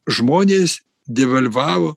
žmonės devalvavo